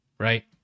Right